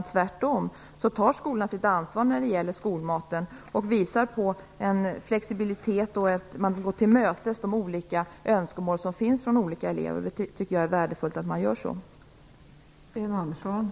Tvärtom tar skolorna sitt ansvar när det gäller skolmaten och visar en flexibilitet när det gäller att tillmötesgå önskemål från olika elever, och det tycker jag är värdefullt.